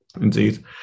Indeed